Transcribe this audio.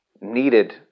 needed